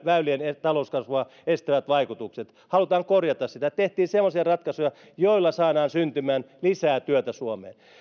väylien talouskasvua estävät vaikutukset halutaan korjata sitä tehtiin semmoisia ratkaisuja joilla saadaan syntymään lisää työtä suomeen